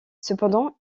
cependant